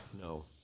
No